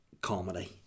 comedy